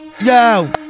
Yo